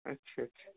अच्छा अच्छा